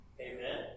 Amen